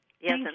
yes